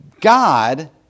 God